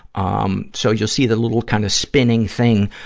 um so, you'll see the little, kind of spinning thing.